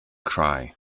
cry